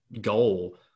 goal